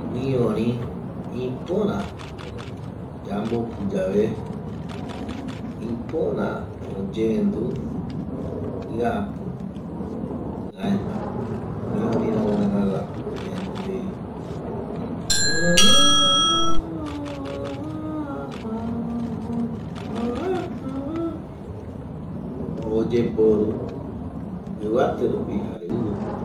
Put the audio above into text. Guïori ipöra yambopuyave, ipöra oyendu jiapu jaema guïoriranga ranga guako oyendu jei jäaaaaaa, jaa, jaa, oyeporu ivate rupi jare ivikoti rupi